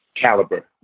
caliber